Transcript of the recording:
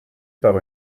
par